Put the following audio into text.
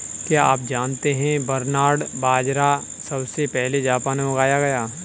क्या आप जानते है बरनार्ड बाजरा सबसे पहले जापान में उगाया गया